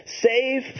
save